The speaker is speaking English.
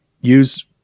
use